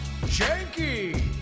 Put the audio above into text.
Janky